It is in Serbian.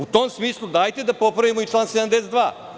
U tom smislu dajte da popravimo i član 72.